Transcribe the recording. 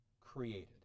created